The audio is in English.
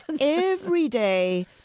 everyday